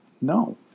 No